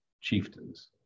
chieftains